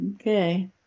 Okay